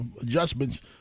adjustments